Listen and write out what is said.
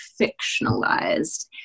fictionalized